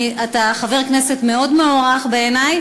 אתה חבר כנסת מאוד מוערך בעיני,